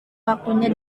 waktunya